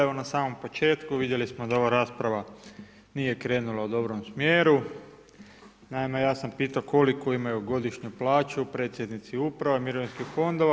Evo na samom početku vidjeli smo da ova rasprava nije krenula u dobrom smjeru, naime ja sam pitao koliko imaju godišnju plaću predsjednici uprave mirovinskih fondova.